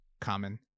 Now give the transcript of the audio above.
common